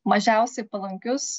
mažiausiai palankius